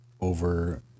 over